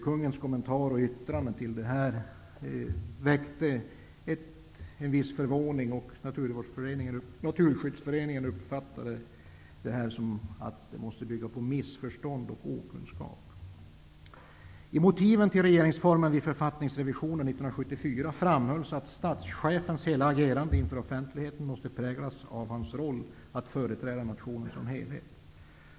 Kungens kommentar och yttrande väckte en viss förvåning. Naturskyddsföreningen uppfattade det som att yttrandet måste bygga på missförstånd och okunskap. I motiven till regeringsformen vid författningsrevisionen 1974 framhölls att statschefens hela agerande inför offentligheten måste präglas av hans roll att företräda nationen som helhet.